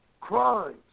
crimes